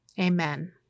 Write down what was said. Amen